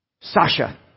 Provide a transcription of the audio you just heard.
Sasha